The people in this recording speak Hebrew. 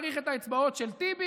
צריך את האצבעות של טיבי,